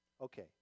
Okay